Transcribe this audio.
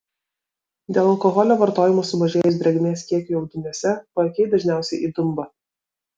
dėl alkoholio vartojimo sumažėjus drėgmės kiekiui audiniuose paakiai dažniausiai įdumba